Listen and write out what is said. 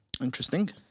Interesting